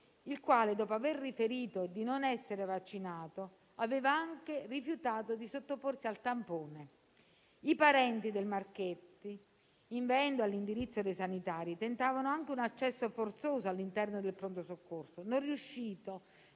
il quale, dopo aver riferito di non essere vaccinato, aveva anche rifiutato di sottoporsi al tampone. I parenti del Marchetti, inveendo all'indirizzo dei sanitari, tentavano anche un accesso forzoso all'interno del pronto soccorso, non riuscito